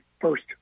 first